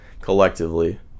collectively